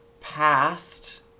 past